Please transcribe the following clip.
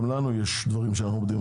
גם לנו יש דברים שאנו עומדים.